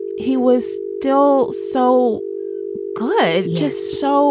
he was still so good, just so